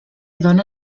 dóna